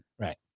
Right